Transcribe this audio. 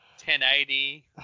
1080